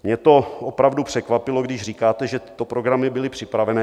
Mě opravdu překvapilo, když říkáte, že tyto programy byly připravené.